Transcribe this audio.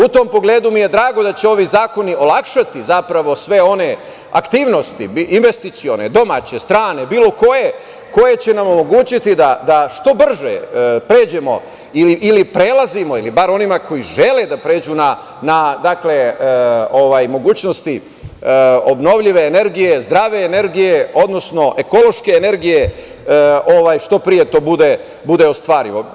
U tom pogledu mi je drago da će ovi zakoni olakšati zapravo sve one investicione aktivnosti, domaće, strane, bilo koje, koje će nam omogućiti da što brže pređemo ili prelazimo ili bar onima koji žele da pređu na mogućnosti obnovljive energije, zdrave energije, odnosno ekološke energije, što pre to bude ostvarivo.